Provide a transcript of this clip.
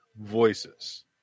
voices